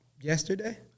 yesterday